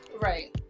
Right